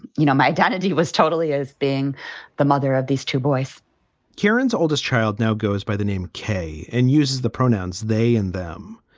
you know, my identity was totally as being the mother of these two boys kieran's oldest child now goes by the name k and uses the pronouns they and them.